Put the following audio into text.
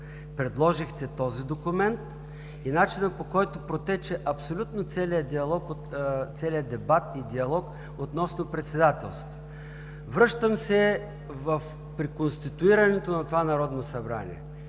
предложихте този документ и начина, по който протече абсолютно целият дебат и диалог, относно председателството. Връщам се при конституирането на това Народно събрание.